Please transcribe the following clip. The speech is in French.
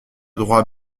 droit